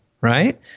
right